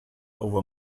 over